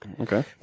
Okay